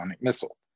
missile